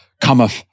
cometh